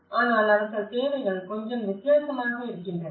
ஆனால் அவர்கள் தேவைகள் கொஞ்சம் வித்தியாசமாக இருக்கின்றன